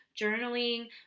journaling